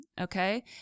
okay